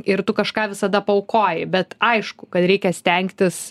ir tu kažką visada paaukoji bet aišku kad reikia stengtis